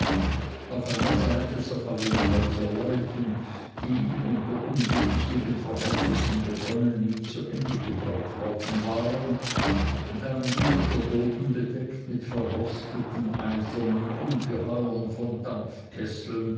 auf einer seite zerfallene häuserleichen die unter ungünstigen verhältnissen begonnen nie zu ende gebaut worden waren dann wieder der boden bedeckt mit verrosteten eisernen ungeheuern von dampfkesseln